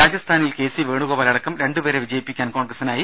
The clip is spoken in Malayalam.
രാജസ്ഥാനിൽ കെ സി വേണുഗോപാൽ അടക്കം രണ്ട് പേരെ വിജയിപ്പിക്കാൻ കോൺഗ്രസിനായി